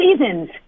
seasons